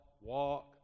walk